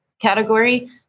category